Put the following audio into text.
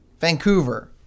Vancouver